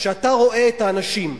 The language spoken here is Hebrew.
כשאתה רואה את האנשים,